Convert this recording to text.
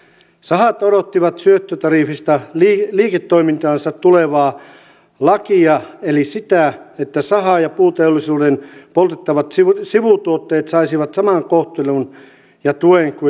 sahat odottivat syöttötariffista liiketoimintaansa tukevaa lakia eli sitä että saha ja puuteollisuuden poltettavat sivutuotteet saisivat saman kohtelun ja tuen kuin metsähakkeet